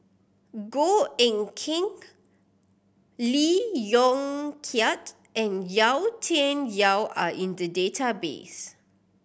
Goh Eck Kheng Lee Yong Kiat and Yau Tian Yau are in the database